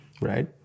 right